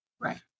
right